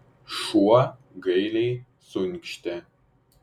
šuo gailiai suinkštė